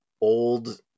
old